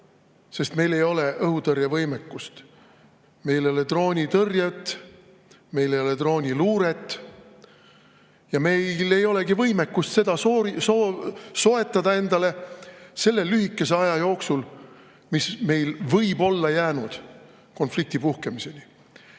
sest meil ei ole õhutõrjevõimekust. Meil ei ole droonitõrjet, meil ei ole drooniluuret. Ja meil ei olegi võimekust seda soetada endale selle lühikese aja jooksul, mis meil võib olla jäänud konflikti puhkemiseni.